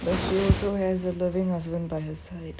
there's also has a loving husband by her side